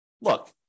look